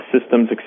systems